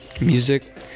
Music